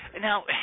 Now